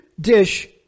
dish